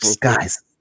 guys